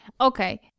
Okay